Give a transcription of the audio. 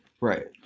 Right